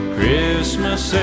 Christmas